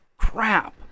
crap